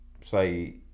say